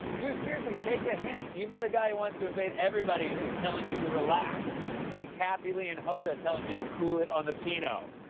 dude, seriously, take a hint. even the guy who wants to invade everybody is telling you to relax. it's like kathie lee and hoda telling you to cool it on the pinot.